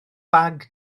bag